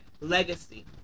legacy